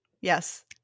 Yes